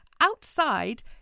outside